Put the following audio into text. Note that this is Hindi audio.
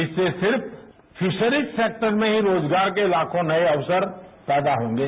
इससे सिर्सफिरारिश सेक्टर में ही रोजगार के लाखों नए अक्सर पैदा होंगे